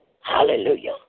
Hallelujah